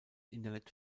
internet